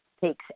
takes